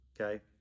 Okay